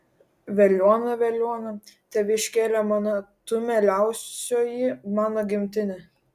veliuona veliuona tėviškėle mana tu mieliausioji mano gimtine